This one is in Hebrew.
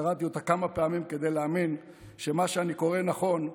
קראתי אותה כמה פעמים כדי להאמין שמה שאני קורא נכון,